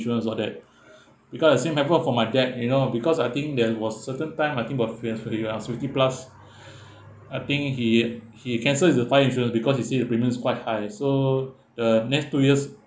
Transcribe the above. insurance all that because the same happened for my dad you know because I think there was certain time I think about when he was uh seventy plus I think he he cancel his uh fire insurance because he said the premium's quite high so the next two years